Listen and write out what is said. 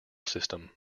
system